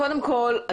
קודם כל,